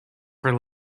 for